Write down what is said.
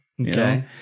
Okay